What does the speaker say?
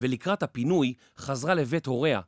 ולקראת הפינוי, חזרה לבית הוריה.